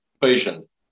patience